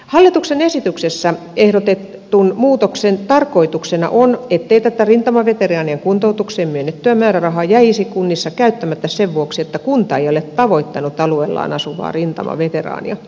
hallituksen esityksessä ehdotetun muutoksen tarkoituksena on ettei tätä rintamaveteraanien kuntoutukseen myönnettyä määrärahaa jäisi kunnissa käyttämättä sen vuoksi että kunta ei ole tavoittanut alueellaan asuvaa rintamaveteraania